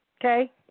okay